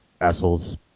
assholes